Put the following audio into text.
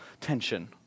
tension